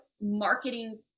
marketing